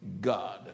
God